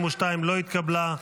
התקבלה.